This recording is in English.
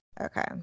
okay